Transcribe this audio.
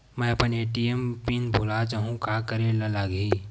मैं अपन ATM pin भुला जहु का करे ला लगही?